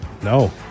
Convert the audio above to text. No